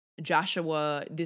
Joshua